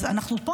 אז אנחנו פה.